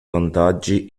vantaggi